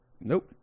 Nope